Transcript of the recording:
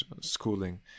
schooling